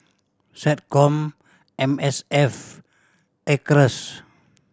SecCom M S F Acres